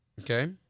Okay